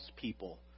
people